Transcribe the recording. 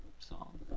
Song